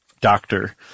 doctor